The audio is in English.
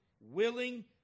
willing